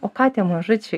o ką tie mažučiai